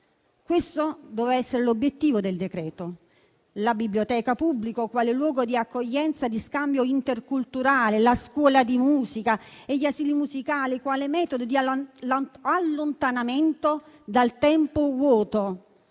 Questo doveva essere l'obiettivo del decreto: la biblioteca pubblica quale luogo di accoglienza, di scambio interculturale, la scuola di musica e gli asili musicali quale metodo di allontanamento dal tempo vuoto,